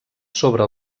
sobre